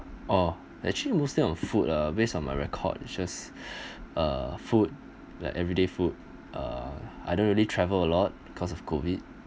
oh actually mostly on food ah based on my record it's just uh food like everyday food uh I don't really travel a lot cause of COVID